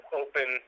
open